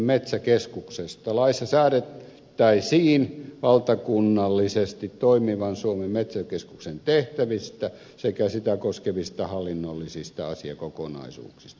laissa säädettäisiin valtakunnallisesti toimivan suomen metsäkeskuksen tehtävistä sekä sitä koskevista hallinnollisista asiakokonaisuuksista